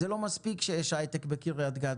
זה לא מספיק שיש הייטק בקריית גת.